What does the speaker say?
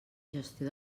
gestió